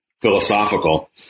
philosophical